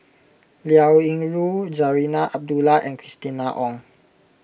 Liao Yingru Zarinah Abdullah and Christina Ong